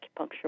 acupuncture